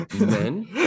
Men